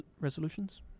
resolutions